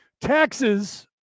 Taxes